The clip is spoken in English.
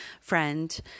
friend